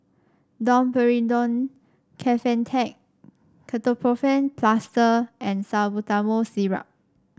Domperidone Kefentech Ketoprofen Plaster and Salbutamol Syrup